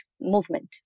movement